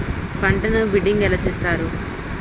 పంటను బిడ్డింగ్ ఎలా చేస్తారు?